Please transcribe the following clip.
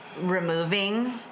removing